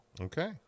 okay